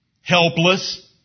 helpless